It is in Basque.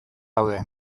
daude